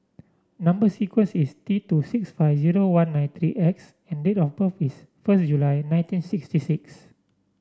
number sequence is T two six five zero one nine three X and date of birth is first July nineteen sixty six